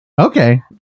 Okay